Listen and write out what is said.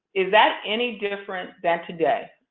is that any different than today?